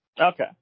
Okay